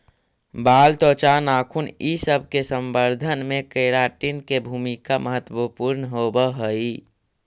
बाल, त्वचा, नाखून इ सब के संवर्धन में केराटिन के भूमिका महत्त्वपूर्ण होवऽ हई